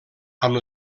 amb